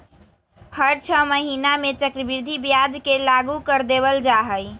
हर छ महीना में चक्रवृद्धि ब्याज के लागू कर देवल जा हई